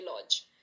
lodge